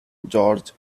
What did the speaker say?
george